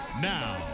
Now